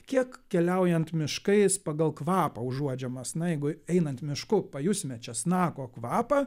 kiek keliaujant miškais pagal kvapą užuodžiamas na jeigu einant mišku pajusime česnako kvapą